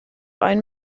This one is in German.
ein